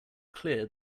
clear